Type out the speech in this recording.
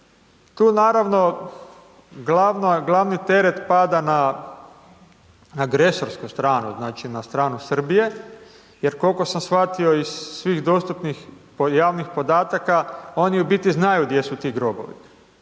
Tu naravno glavni teret pada na agresorsku stranu, znači, na stranu Srbije, jer koliko sam shvatio iz svih dostupnih javnih podataka, oni u biti znaju gdje su ti grobovi,